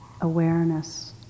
awareness